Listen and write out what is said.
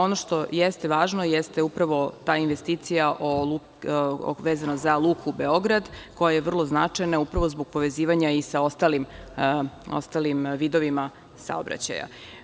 Ono što je ste važno jeste upravo ta investicija vezano za Luku Beograd, koja je vrlo značajna upravo zbog povezivanja i sa ostalim vidovima saobraćaja.